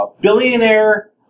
billionaire